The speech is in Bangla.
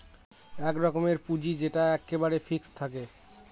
এক রকমের পুঁজি যেটা এক্কেবারে ফিক্সড থাকে